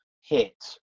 hit